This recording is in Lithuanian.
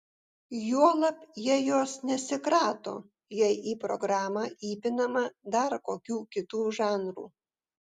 juolab jie jos nesikrato jei į programą įpinama dar kokių kitų žanrų